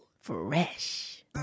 Fresh